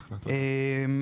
אחלה, תודה.